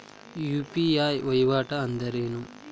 UPI ವಹಿವಾಟ್ ಅಂದ್ರೇನು?